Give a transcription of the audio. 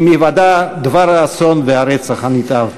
עם היוודע דבר האסון והרצח הנתעב.